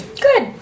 good